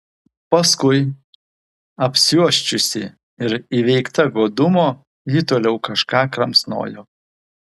paskui apsiuosčiusi ir įveikta godumo ji toliau kažką kramsnojo